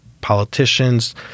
politicians